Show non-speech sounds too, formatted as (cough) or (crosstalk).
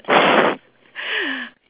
(noise)